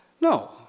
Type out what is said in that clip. no